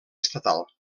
estatal